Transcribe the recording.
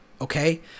okay